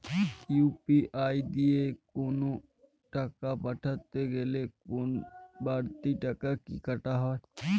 UPI দিয়ে কোন টাকা পাঠাতে গেলে কোন বারতি টাকা কি কাটা হয়?